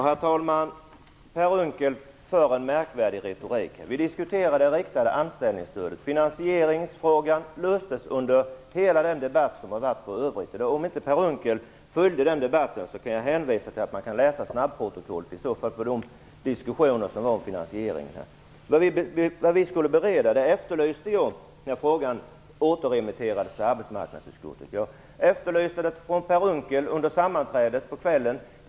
Herr talman! Per Unckel för en märkvärdig retorik. Vi diskuterar det riktade anställningsstödet. Finansieringsfrågan löstes under hela den debatt som har varit för övrigt i dag. Om inte Per Unckel följde den debatten kan jag hänvisa honom till att läsa snabbprotokollet, för att ta del av de diskussioner som fördes om finansieringen. Jag efterlyste vad vi skulle bereda när frågan återremitterades till arbetsmarknadsutskottet. Jag efterlyste det från Per Unckel under sammanträdet på kvällen.